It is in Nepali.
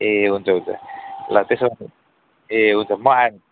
ए हुन्छ हुन्छ ल त्यसो भने ए हुन्छ म आएँ